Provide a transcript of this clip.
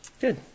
Good